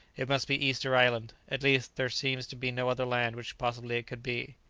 it must be easter island. at least, there seems to be no other land which possibly it could be.